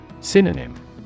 Synonym